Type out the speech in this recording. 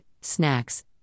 snacks